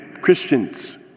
Christians